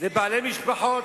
ולבעלי משפחות.